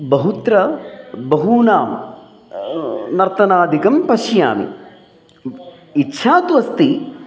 बहुत्र बहूनां नर्तनादिकं पश्यामि इच्छा तु अस्ति